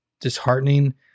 disheartening